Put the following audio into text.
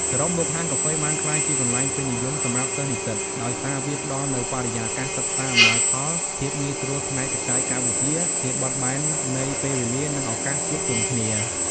សរុបមក ហាងកាហ្វេបានក្លាយជាកន្លែងពេញនិយមសម្រាប់សិស្សនិស្សិត ដោយសារវាផ្ដល់នូវបរិយាកាសសិក្សាអំណោយផល ភាពងាយស្រួលផ្នែកបច្ចេកវិទ្យា ភាពបត់បែននៃពេលវេលា និងឱកាសជួបជុំគ្នា។